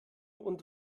und